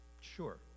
Sure